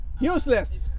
Useless